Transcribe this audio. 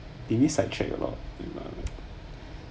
did we side track a lot and by the way